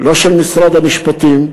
לא של משרד המשפטים,